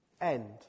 End